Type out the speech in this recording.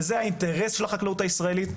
זה האינטרס של החקלאות הישראלית,